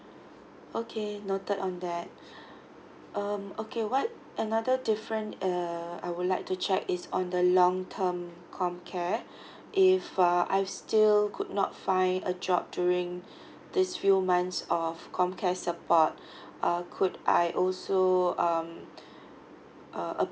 okay noted on that um okay what another different err I would like to check is on the long term homecare if uh I've still could not find a job during this few months of homecare support err could I also so um uh